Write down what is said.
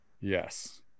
Yes